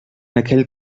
aquell